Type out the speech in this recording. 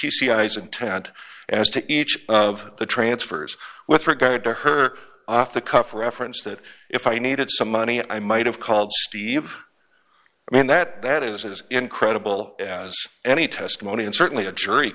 c eyes intent as to each of the transfers with regard to her off the cuff reference that if i needed some money i might have called steve i mean that that is as incredible as any testimony and certainly a jury